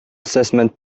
assessment